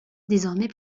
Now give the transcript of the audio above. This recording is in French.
désormais